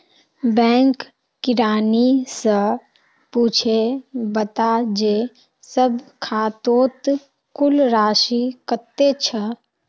bank किरानी स पूछे बता जे सब खातौत कुल राशि कत्ते छ